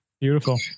Beautiful